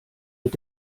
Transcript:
mit